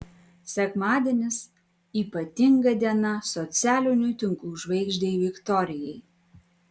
sekmadienis ypatinga diena socialinių tinklų žvaigždei viktorijai